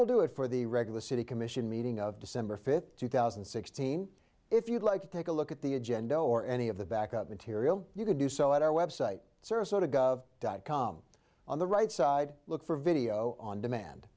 will do it for the regular city commission meeting of december fifth two thousand and sixteen if you'd like to take a look at the agenda or any of the backup material you can do so at our website dot com on the right side look for video on demand